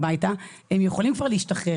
אנחנו הולכים למיון,